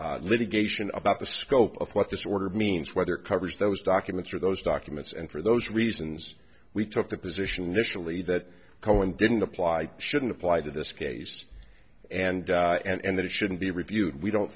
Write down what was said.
be litigation about the scope of what this order means whether covers those documents or those documents and for those reasons we took the position nationally that cohen didn't apply shouldn't apply to this case and and that it shouldn't be reviewed we don't